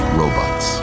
robots